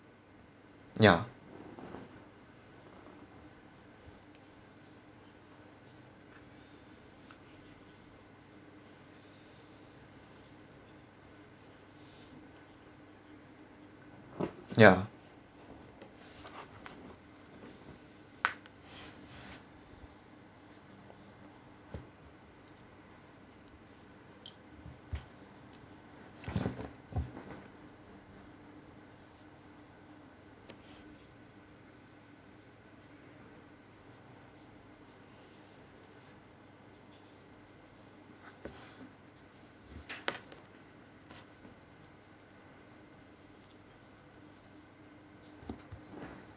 ya ya